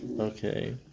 Okay